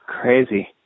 crazy